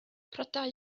prydau